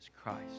Christ